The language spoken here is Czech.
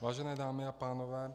Vážené dámy a pánové.